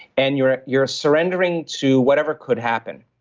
and you're you're a surrendering to whatever could happen.